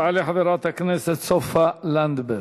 תעלה חברת הכנסת סופה לנדבר,